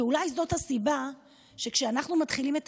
אולי זאת הסיבה שכשאנחנו מתחילים את